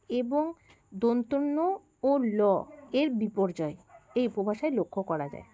এবং ন ও ল এর বিপর্যয় এই উপভাষায় লক্ষ্য করা যায়